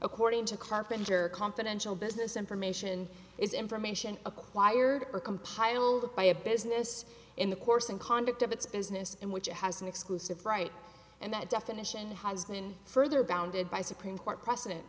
according to carpenter confidential business information is information acquired or compiled by a business in the course and conduct of its business in which it has an exclusive right and that definition has been further bounded by supreme court precedent